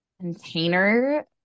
container